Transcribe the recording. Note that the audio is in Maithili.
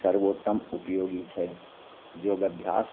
सर्वोत्तम उपयोगी छै योग अभ्यास